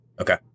Okay